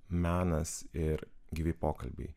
menas ir gyvi pokalbiai